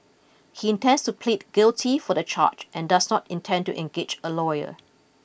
he intends to plead guilty for the charge and does not intend to engage a lawyer